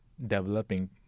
developing